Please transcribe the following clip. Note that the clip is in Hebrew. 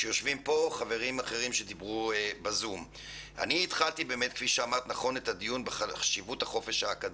אני באמת התחלתי את הדיון בחשיבות החופש האקדמי,